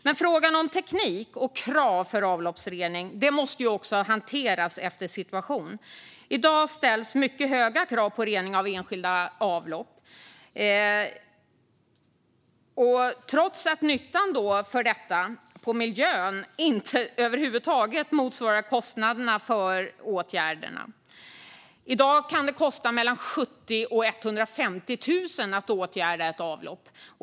Men frågan om teknik och krav för avloppsrening måste också hanteras utifrån situation. I dag ställs mycket höga krav på rening av enskilda avlopp, trots att miljönyttan inte över huvud taget motsvarar kostnaderna för åtgärderna. I dag kan det kosta mellan 70 000 och 150 000 att åtgärda ett avlopp.